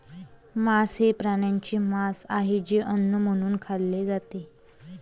मांस हे प्राण्यांचे मांस आहे जे अन्न म्हणून खाल्ले जाते